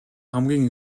хамгийн